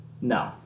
No